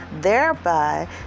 Thereby